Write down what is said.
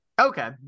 Okay